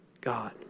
God